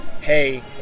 hey